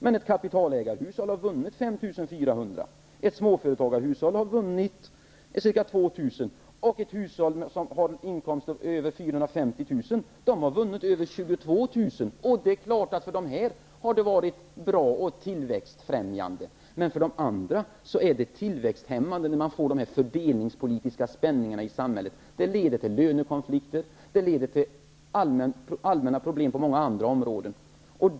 Men ett kapitalägarhushåll har vunnit 5 400, ett småföretagarhushåll har vunnit ca 2 000, och ett hushåll som har inkomster på över 450 000 har vunnit över 22 000. Det är klart att er politik har varit bra och tillväxtfrämjande för de här grupperna, men för de andra grupperna är det tillväxthämmande när det uppstår sådana fördelningspolitiska spänningar i samhället. Det leder till lönekonflikter, och det leder till allmänna problem på många andra områden.